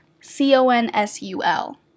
C-O-N-S-U-L